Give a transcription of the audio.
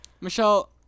Michelle